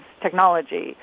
technology